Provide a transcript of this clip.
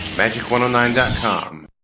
Magic109.com